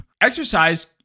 Exercise